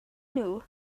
nhw